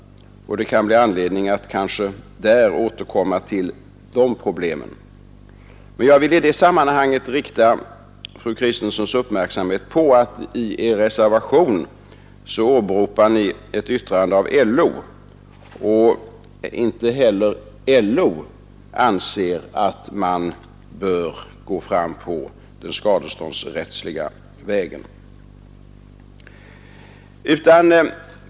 Det blir kanske anledning att i samband med att den propositionen behandlas återkomma till dessa problem. Men jag vill i det sammanhanget — eftersom i reservationen Nr 36 åberopas ett yttrande av LO — rikta fru Kristenssons uppmärksamhet på Onsdagen den att inte heller LO anser att man bör gå fram på den skadeståndsrättsliga 8 mars 1972 vägen.